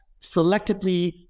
selectively